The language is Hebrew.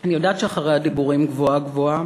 אני יודעת שאחרי הדיבורים גבוהה-גבוהה